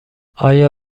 آیا